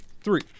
three